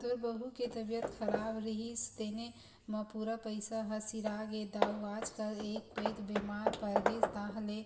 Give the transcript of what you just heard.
तोर बहू के तबीयत खराब रिहिस तेने म पूरा पइसा ह सिरागे दाऊ आजकल एक पइत बेमार परगेस ताहले